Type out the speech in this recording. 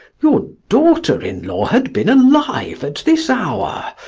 your daughter-in-law had been alive at this hour,